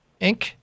Inc